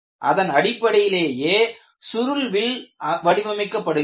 இதன் அடிப்படையிலேயே சுருள்வில் வடிவமைக்கப்படுகிறது